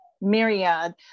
myriad